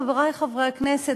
חברי חברי הכנסת,